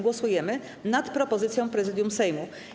Głosujemy nad propozycją Prezydium Sejmu.